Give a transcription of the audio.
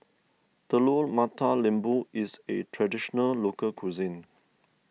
Telur Mata Lembu is a Traditional Local Cuisine